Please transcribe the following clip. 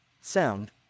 Sound